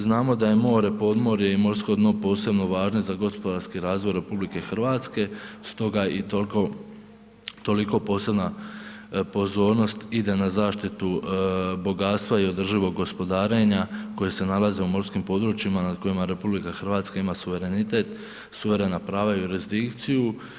Znamo da je more, podmorje i morsko dno posebno važno i za gospodarski razvoj RH, stoga i toliko posebna pozornost ide na zaštitu bogatstva i održivog gospodarenja koje se nalazi u morskim područjima nad kojima RH ima suverenitet, suverena prava i jurisdikciju.